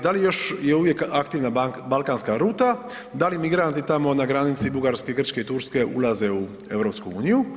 Da li još je uvijek aktivna balkanska ruta, da li migranti tamo na granici Bugarske, Grčke i Turske ulaze u EU?